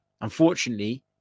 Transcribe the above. Unfortunately